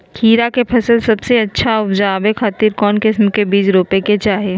खीरा के फसल सबसे अच्छा उबजावे खातिर कौन किस्म के बीज रोपे के चाही?